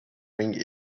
ring